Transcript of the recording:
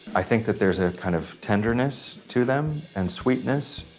i think that there's a kind of tenderness to them and sweetness.